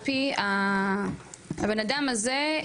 הבן-אדם הזה,